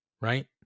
right